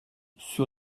sur